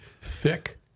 Thick